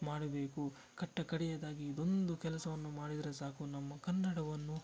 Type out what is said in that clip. ಮಾಡಬೇಕು ಕಟ್ಟಕಡೆಯದಾಗಿ ಇದೊಂದು ಕೆಲಸವನ್ನು ಮಾಡಿದರೆ ಸಾಕು ನಮ್ಮ ಕನ್ನಡವನ್ನು